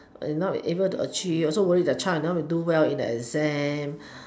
is not able to achieve also worry the child cannot do well in the exam